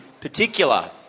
particular